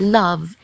love